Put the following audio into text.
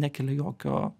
nekelia jokio